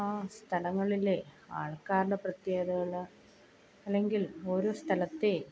ആ സ്ഥലങ്ങളിലെ ആൾക്കാരുടെ പ്രത്യേകതകൾ അല്ലെങ്കിൽ ഓരോ സ്ഥലത്തെ